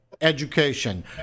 education